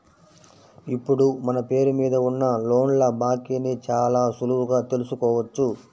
ఇప్పుడు మన పేరు మీద ఉన్న లోన్ల బాకీని చాలా సులువుగా తెల్సుకోవచ్చు